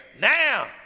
Now